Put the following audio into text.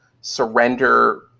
surrender